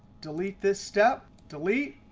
delete this step, delete,